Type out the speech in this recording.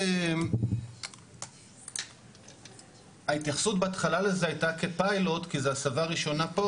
2. ההתייחסות בהתחלה לזה הייתה כפיילוט כי זה הסבה ראשונה פה.